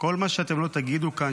כל מה שאתם לא תגידו כאן,